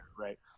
right